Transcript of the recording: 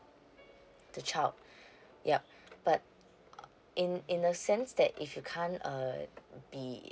the child yup but in in a sense that if you can't err be